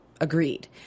agreed